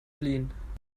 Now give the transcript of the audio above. fliehen